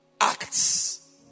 acts